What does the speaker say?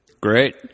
Great